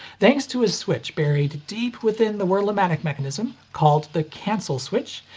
thanks to a switch buried deep within the wurlamatic mechanism, called the cancel switch,